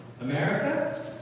America